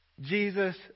Jesus